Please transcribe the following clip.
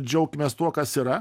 džiaukimės tuo kas yra